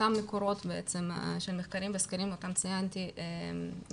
אותם שלושת מקורות שנחקרים בסקרים אותם ציינתי קודם,